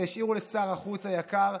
והשאירו לשר החוץ היקר,